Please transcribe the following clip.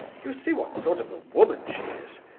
you see what sort of a woman she is.